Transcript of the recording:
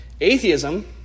Atheism